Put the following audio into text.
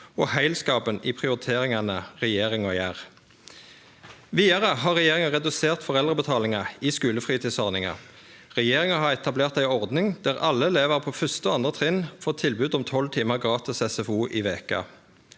og heilskapen i prioriteringane regjeringa gjer. Vidare har regjeringa redusert foreldrebetalinga i skulefritidsordninga. Regjeringa har etablert ei ordning der alle elevar på 1. og 2. trinn får tilbod om tolv timar gratis SFO i veka.